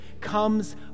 comes